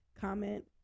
comment